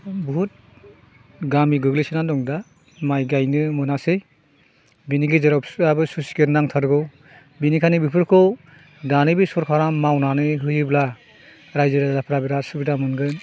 बुहुद गामि गोग्लैसोना दं दा माइ गायनो मोनासै बिनि गेजेराव बिफायाबो स्लुइस गेट नांथारगौ बिनिखायनो बिफोरखौ दानि बे सरखारा मावनानै होयोब्ला रायजो राजाफ्रा बिराद सुबिदा मोनगोन